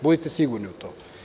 Budite sigurni u to.